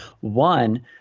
One